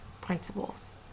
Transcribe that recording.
principles